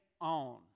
on